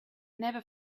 never